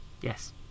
Yes